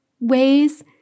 ways